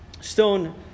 stone